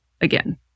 again